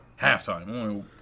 halftime